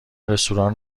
رستوران